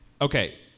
Okay